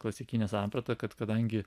klasikinė samprata kad kadangi